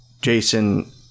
Jason